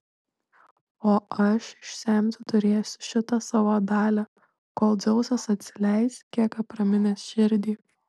o aš išsemti turėsiu šitą savo dalią kol dzeusas atsileis kiek apraminęs širdį